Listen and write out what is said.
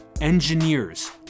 Engineers